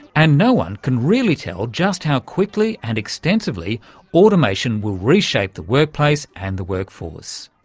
and no-one can really tell just how quickly and extensively automation will reshape the workplace and the workforce.